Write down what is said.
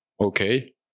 okay